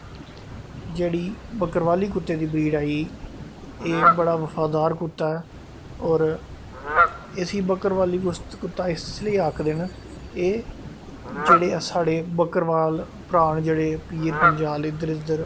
जेह्ड़ी बकरबाली कुत्ते दी ब्रीड़ आई एह् बड़ा बफादार कुत्ता ऐ और इसी बकरवाली कुत्ता इस लेई आखदे न एह् जेह्ड़े साढ़े बक्कर बाल भ्रह् न जेह्ड़े पीरपंजाल इध्दर उध्दर